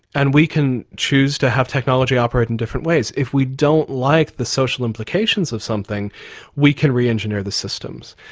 and we can choose to have technology operate in different ways. if we don't like the social implications of something we can re-engineer the systems.